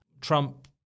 Trump